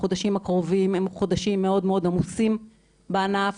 החודשים הקרובים הם חודשים מאוד עמוסים בענף,